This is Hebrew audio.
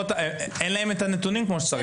אין להם את הנתונים כמו שצריך.